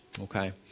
Okay